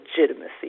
legitimacy